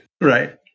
Right